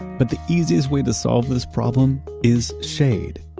but the easiest way to solve this problem is shade,